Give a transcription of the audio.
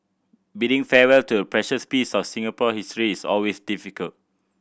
bidding farewell to a precious piece of Singapore history is always difficult